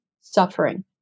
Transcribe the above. suffering